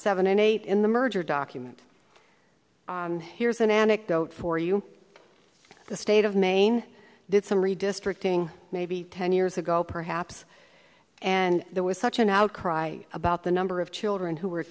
seven and eight in the merger document here's an anecdote for you the state of maine did some redistricting maybe ten years ago perhaps and there was such an outcry about the number of children who